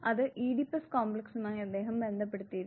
അത് ഈഡിപ്പസ് കോംപ്ലക്സുമായി അദ്ദേഹം ബന്ധപ്പെടുത്തിയിരിക്കുന്നു